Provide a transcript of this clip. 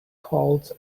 holds